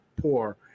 poor